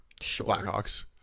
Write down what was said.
Blackhawks